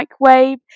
microwave